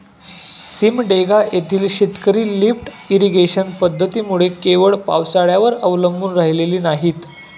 सिमडेगा येथील शेतकरी lift irrigation पद्धतीमुळे केवळ पावसाळ्यावर अवलंबून राहिलेली नाहीत